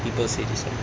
people say this one